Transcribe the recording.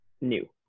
new